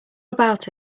about